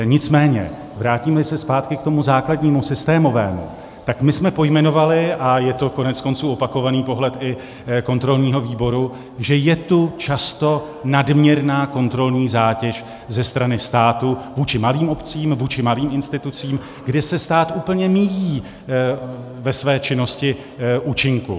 Nicméně vrátímli se zpátky k tomu základnímu systémovému, tak jsme pojmenovali, a je to koneckonců opakovaný pohled i kontrolního výboru, že je tu často nadměrná kontrolní zátěž ze strany státu vůči malým obcím, vůči malým institucím, kde se stát úplně míjí ve své činnosti účinku.